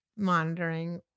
Monitoring